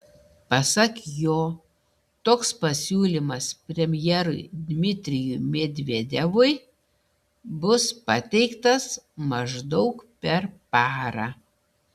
pasak jo toks pasiūlymas premjerui dmitrijui medvedevui bus pateiktas maždaug per parą